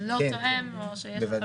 לדלת השנייה שאומרת: למרות הרשימה הזאת